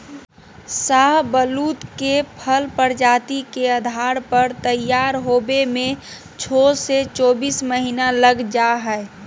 शाहबलूत के फल प्रजाति के आधार पर तैयार होवे में छो से चोबीस महीना लग जा हई